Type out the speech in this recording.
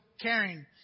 caring